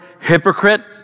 hypocrite